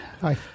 Hi